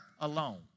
alone